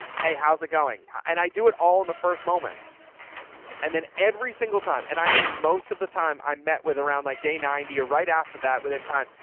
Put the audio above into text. hey, how's it going? and i do it all in the first moment and then every single time. and i mean, most of the time i met with around like day ninety or right after that, within time.